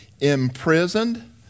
imprisoned